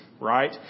right